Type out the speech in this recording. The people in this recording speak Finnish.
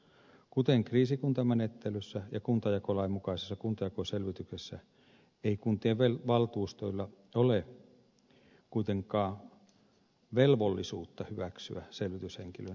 kuten kriisikuntamenettelyssä ja kuntajakolain mukaisessa kuntajakoselvityksessä ei kuntien valtuustoilla ole kuitenkaan velvollisuutta hyväksyä selvityshenkilön esittämiä toimenpiteitä